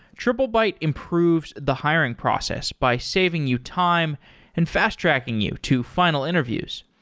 triplebyte improves the hiring process by saving you time and fast-tracking you to final interviews.